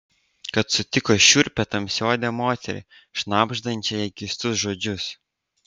kad sutiko šiurpią tamsiaodę moterį šnabždančią jai keistus žodžius